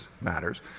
matters